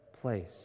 place